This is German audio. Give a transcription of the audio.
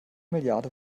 milliarde